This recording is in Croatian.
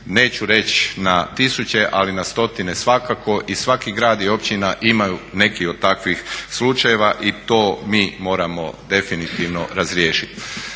neću reći na tisuće, ali na stotine svakako i svaki grad i općina imaju neki od takvih slučajeva i to mi moramo definitivno razriješiti.